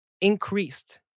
increased